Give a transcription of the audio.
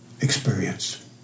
experience